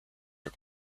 are